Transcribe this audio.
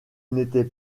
n’était